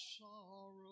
sorrow